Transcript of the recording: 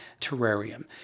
terrarium